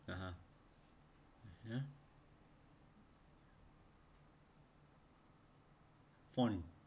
(uh huh) ya fond